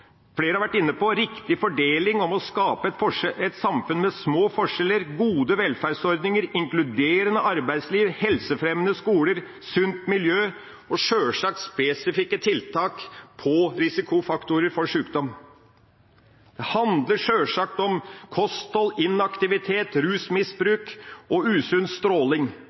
flere har vært inne på, om riktig fordeling, om å skape et samfunn med små forskjeller, gode velferdsordninger, inkluderende arbeidsliv, helsefremmende skoler, sunt miljø og sjølsagt om spesifikke tiltak mot risikofaktorer for sjukdom. Det handler sjølsagt om kosthold, inaktivitet, rusmisbruk og usunn stråling